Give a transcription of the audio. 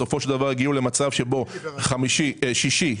הגיעו למצב שבו בשישי,